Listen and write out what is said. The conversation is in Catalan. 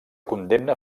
condemna